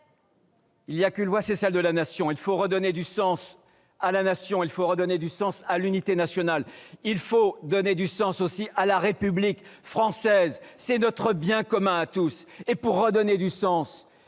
il n'y a qu'une voie, ... L'ISF !... c'est celle de la Nation ! Il faut redonner du sens à la Nation, il faut redonner du sens à l'unité nationale, il faut redonner du sens aussi à la République française, qui est notre bien commun à tous ! Pour redonner du sens,